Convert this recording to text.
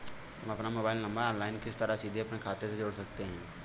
हम अपना mobile number online किस तरह सीधे अपने खाते में जोड़ सकते हैं?